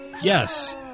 Yes